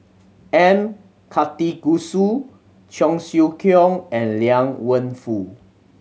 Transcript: M Karthigesu Cheong Siew Keong and Liang Wenfu